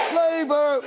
Flavor